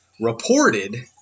reported